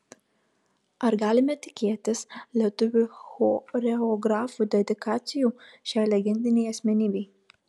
ar galime tikėtis lietuvių choreografų dedikacijų šiai legendinei asmenybei